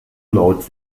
laut